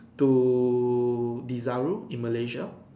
to Desaru in Malaysia